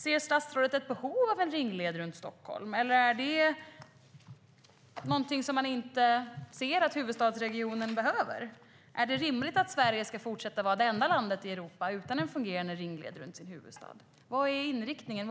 Ser statsrådet ett behov av en ringled runt Stockholm? Eller är det någonting som man inte ser att huvudstadsregionen behöver? Är det rimligt att Sverige ska fortsätta vara det enda landet i Europa utan en fungerande ringled runt sin huvudstad? Vad är inriktningen?